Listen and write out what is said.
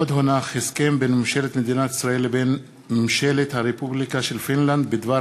הסכם בין ממשלת מדינת ישראל לבין ממשלת הרפובליקה של פינלנד בדבר